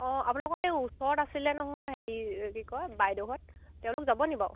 অঁ আপোনালোকৰ সেই ওচৰত আছিলে নহয় হেৰি কি কয় বাইদেউহঁত তেওঁলোক যাব নেকি বাৰু